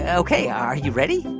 ok. are you ready?